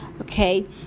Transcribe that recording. okay